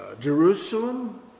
Jerusalem